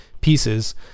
pieces